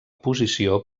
posició